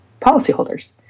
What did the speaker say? policyholders